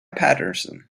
patterson